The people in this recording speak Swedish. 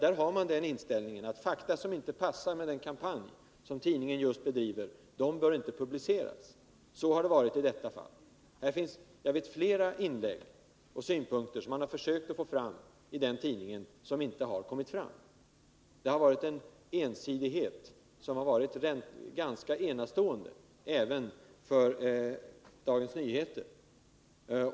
Den har inställningen att fakta som inte överensstämmer med den kampanj som man just bedriver inte bör publiceras. Så har det varit i detta fall. Jag vet att flera synpunkter som har framförts inte har tagits in i tidningen. Ensidigheten i skriverierna har varit ganska enastående, även för Dagens Nyheter.